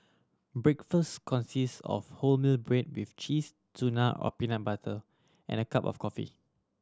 breakfast consist of wholemeal bread with cheese tuna or peanut butter and a cup of coffee